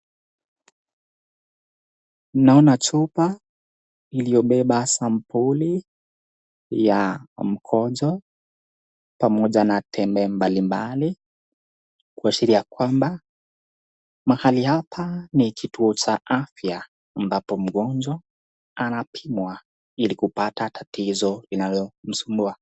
Naona chupa iliyobeba sampuli ya mgonjwa pamoja na tembe mbalimbali, kuashiria kwamba mahali hapa ni kituo cha afya, ambapo mgonjwa anapimwa ili kupata tatizo inayomsumbua.